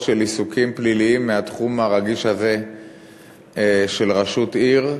על עיסוקים פליליים בתחום הרגיש הזה של ראשות עיר,